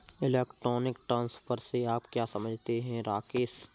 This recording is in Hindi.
इलेक्ट्रॉनिक ट्रांसफर से आप क्या समझते हैं, राकेश?